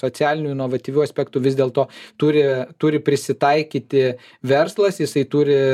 socialinių inovatyvių aspektų vis dėlto turi turi prisitaikyti verslas jisai turi